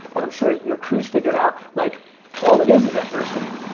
and i'm sure your crew's figured out, like all it is is adversity.